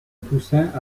toussaint